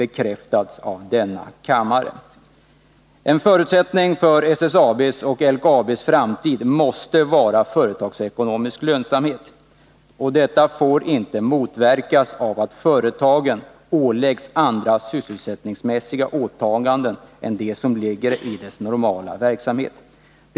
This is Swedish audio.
En förutsättning för SSAB:s och LKAB:s framtid måste vara företagsekonomisk lönsamhet, och detta får inte motverkas av att företagen åläggs andra sysselsättningsmässiga åtaganden än sådana som ligger i deras normala verksamhet.